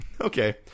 Okay